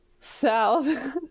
south